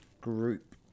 group